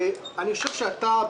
אני חושב שאתה,